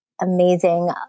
amazing